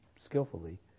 skillfully